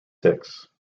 six